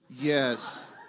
Yes